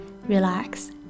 relax